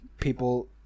People